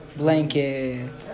blanket